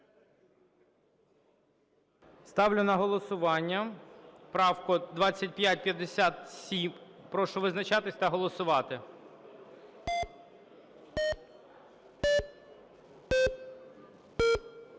Ставлю на голосування правку 2558 Качного. Прошу визначатися та голосувати.